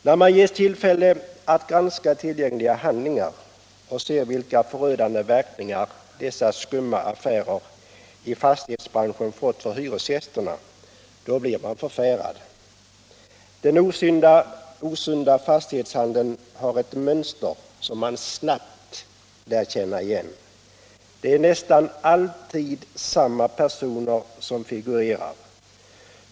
När man ges tillfälle att granska tillgängliga handlingar och ser vilka förödande verkningar dessa skumma affärer i fastighetsbranschen fått för hyresgästerna blir man förfärad. Den osunda fastighetshandeln har ett mönster som man snabbt lär sig känna igen. Det är nästan alltid samma personer som figurerar.